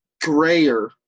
grayer